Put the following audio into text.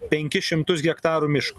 penkis šimtus hektarų miško